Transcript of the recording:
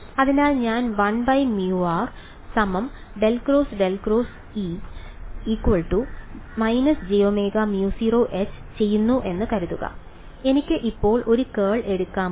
അതിനാൽ ഞാൻ 1μr∇ ×∇× E→ − jωμ0H→ ചെയ്യുന്നു എന്ന് കരുതുക എനിക്ക് ഇപ്പോൾ ഒരു കേൾ എടുക്കാമോ